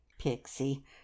pixie